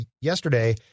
yesterday